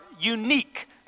unique